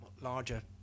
larger